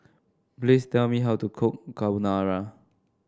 please tell me how to cook Carbonara